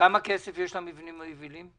כמה כסף יש למבנים היבילים?